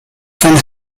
von